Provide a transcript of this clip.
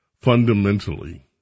fundamentally